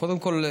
קודם כול,